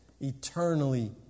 eternally